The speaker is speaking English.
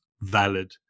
valid